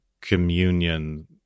communion